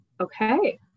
okay